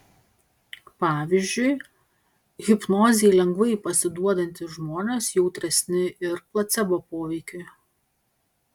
pavyzdžiui hipnozei lengvai pasiduodantys žmonės jautresni ir placebo poveikiui